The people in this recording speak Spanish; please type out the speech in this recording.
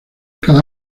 cada